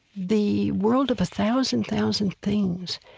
the world of a thousand thousand things,